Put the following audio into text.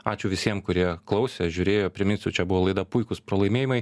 ačiū visiem kurie klausė žiūrėjo priminsiu čia buvo laida puikūs pralaimėjimai